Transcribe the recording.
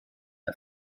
der